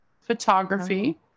photography